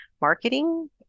marketing